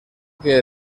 que